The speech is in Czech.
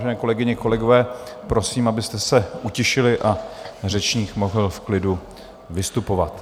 Vážené kolegyně, kolegové, prosím, abyste se utišili, a řečník mohl v klidu vystupovat.